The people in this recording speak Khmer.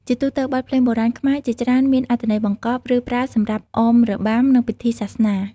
ជាទូទៅ បទភ្លេងបុរាណខ្មែរជាច្រើនមាន អត្ថន័យបង្កប់ ឬប្រើសម្រាប់អមរបាំ និងពិធីសាសនា។